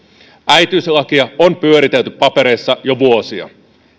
äitiyslakia on pyöritelty papereissa jo vuosia enää